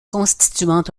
constituant